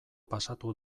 pasatu